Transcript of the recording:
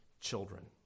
children